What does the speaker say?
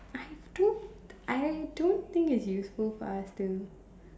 I don't I don't think it's useful for us to